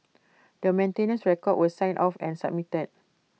the maintenance records were signed off and submitted